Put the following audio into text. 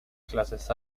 clases